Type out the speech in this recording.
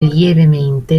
lievemente